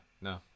no